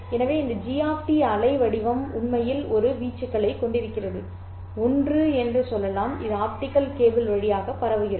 எனவே இந்த g அலைவடிவம் உண்மையில் ஒரு வீச்சுகளைக் கொண்டிருக்கிறது 1 என்று சொல்லலாம் இது ஆப்டிகல் கேபிள் வழியாக பரவுகிறது